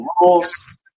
rules